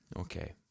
okay